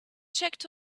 checked